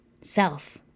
self